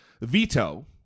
veto